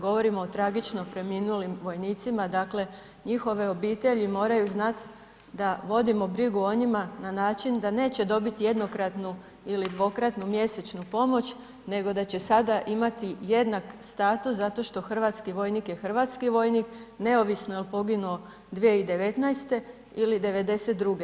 Govorim o tragično preminulim vojnicima, dakle njihove obitelji moraju znati da vodimo brigu o njima na način da neće dobiti jednokratnu ili dvokratnu mjesečnu pomoć nego da će sada imati jednaki status zato što hrvatski vojnik je hrvatski vojnik, neovisno je li poginuo 2019. ili '92.